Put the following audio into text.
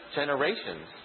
generations